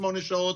שמירת הניקיון (תיקון מס' 25 והוראת שעה),